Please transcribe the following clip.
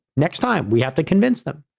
next time we have to convince them.